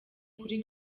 kuri